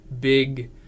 big